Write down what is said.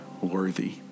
worthy